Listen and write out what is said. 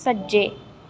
सज्जै